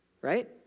Right